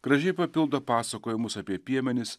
gražiai papildo pasakojimus apie piemenis